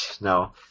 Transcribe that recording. No